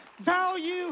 value